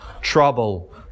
trouble